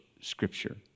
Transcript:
Scripture